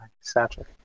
satchel